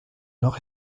nord